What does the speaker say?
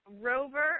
Rover